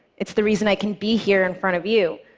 it's the reason i can be here in front of you.